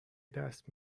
دست